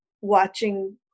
Watching